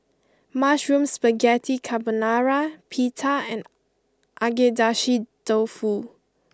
Mushroom Spaghetti Carbonara Pita and Agedashi Dofu